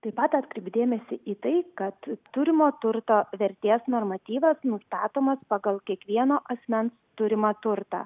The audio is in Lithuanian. taip pat atkreipiu dėmesį į tai kad turimo turto vertės normatyvas nustatomas pagal kiekvieno asmens turimą turtą